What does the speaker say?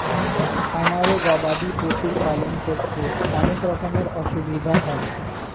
খামারে গবাদি পশুর পালন করতে অনেক রকমের অসুবিধা হয়